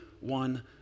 one